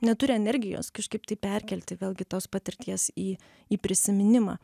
neturi energijos kažkaip tai perkelti vėlgi tos patirties į į prisiminimą